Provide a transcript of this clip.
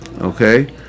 okay